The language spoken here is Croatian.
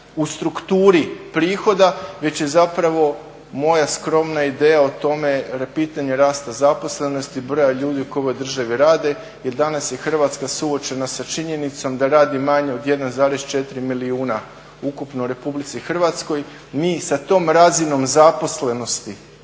u strukturi prihoda već je zapravo moja skromna ideja o tome pitanje rasta zaposlenosti, broja ljudi koji u ovoj državi rade. Jer danas je Hrvatska suočena sa činjenicom da radi manje od 1,4 milijuna ukupno u RH. Mi sa tom razinom zaposlenosti